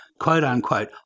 quote-unquote